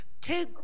Two